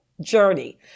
journey